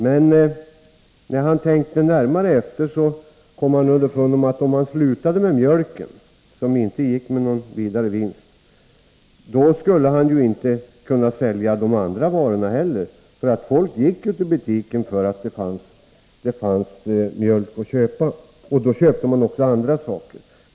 Men när han tänkte närmare efter kom han underfund med att om han slutade med mjölken skulle han inte kunna sälja de andra varorna heller. Folk gick till butiken för att där fanns mjölk att köpa, och då köpte de också andra varor.